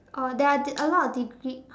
oh there are a lot of degree